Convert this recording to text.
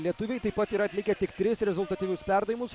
lietuviai taip pat yra atlikę tik tris rezultatyvius perdavimus